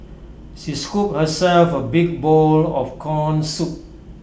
she scooped herself A big bowl of Corn Soup